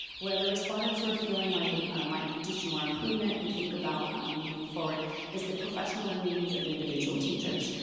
where the respondents were feeling like we might do some more improvement and think about um moving forward is the professional learning needs of individual teachers.